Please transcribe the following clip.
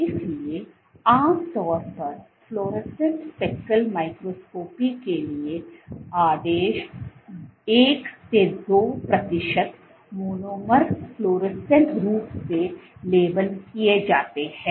इसलिए आमतौर पर फ्लोरोसेंट स्पेकल माइक्रोस्कोपी के लिए आदेश 1 से 2 प्रतिशत मोनोमर फ्लोरोसेंट रूप से लेबल किए जाते हैं